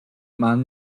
man